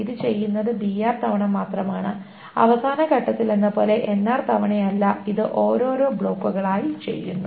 ഇത് ചെയ്യുന്നത് br തവണ മാത്രമാണ് അവസാന ഘട്ടത്തിലെന്നപോലെ nr തവണയല്ല ഇത് ഓരോരോ ബ്ലോക്കുകളായി ചെയ്യുന്നു